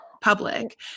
public